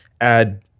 add